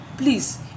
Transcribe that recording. Please